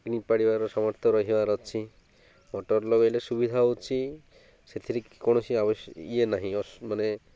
କିଣି ପାରିବାର ସାମର୍ଥ୍ୟ ରହିବାର ଅଛି ମଟର୍ ଲଗେଇଲେ ସୁବିଧା ଅଛି ସେଥିରେ କୌଣସି ଆବଶ୍ୟ ଇଏ ନାହିଁ ମାନେ